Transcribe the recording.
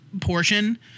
portion-